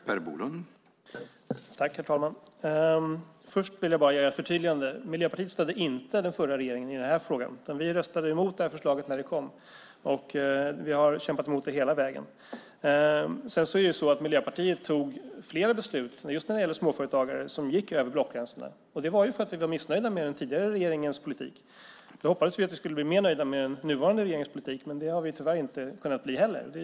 Herr talman! Först vill jag bara göra ett förtydligande. Miljöpartiet stödde inte den förra regeringen i den här frågan, utan vi röstade emot det här förslaget när det kom, och vi har kämpat emot det hela vägen. Miljöpartiet tog flera beslut som gick över blockgränsen just när det gäller småföretagare. Det var ju för att vi var missnöjda med den tidigare regeringens politik. Då hoppades vi att vi skulle bli mer nöjda med den nuvarande regeringens politik, men det har vi tyvärr inte kunnat bli. Det är tråkigt.